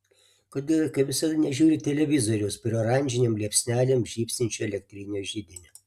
kodėl jie kaip visada nežiūri televizoriaus prie oranžinėm liepsnelėm žybsinčio elektrinio židinio